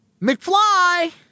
McFly